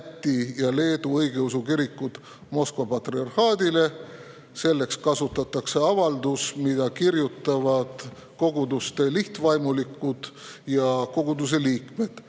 ja Leedu õigeusu kirik Moskva patriarhaadile. Selleks pidi kasutatama avaldust, mille kirjutavad koguduste lihtvaimulikud ja koguduste liikmed.